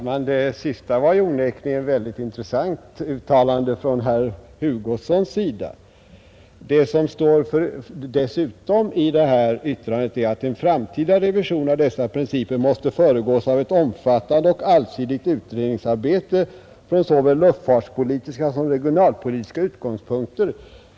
Herr talman! Det senaste uttalandet av herr Hugosson var onekligen intressant. Det som dessutom står i det särskilda yttrandet är att en framtida revision av dessa principer måste föregås av ett omfattande och allsidigt utredningsarbete från såväl luftfartspolitiska som regionalpolitiska utgångspunkter.